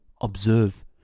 observe